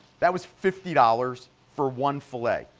that was fifty dollars for one filet.